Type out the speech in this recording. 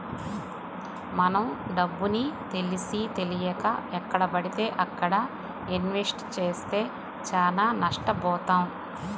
మనం డబ్బుని తెలిసీతెలియక ఎక్కడబడితే అక్కడ ఇన్వెస్ట్ చేస్తే చానా నష్టబోతాం